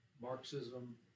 Marxism